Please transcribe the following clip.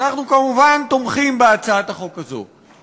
אנחנו כמובן תומכים בהצעת החוק הזאת,